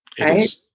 Right